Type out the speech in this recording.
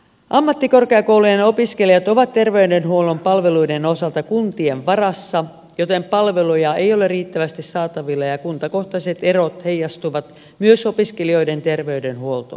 ammattikorkeakoulujen opiskelijat ovat terveydenhuollon palveluiden osalta kuntien varassa joten palveluja ei ole riittävästi saatavilla ja kuntakohtaiset erot heijastuvat myös opiskeli joiden terveydenhuoltoon